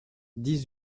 dix